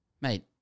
Mate